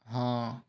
हाँ